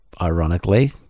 ironically